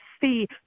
see